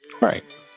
Right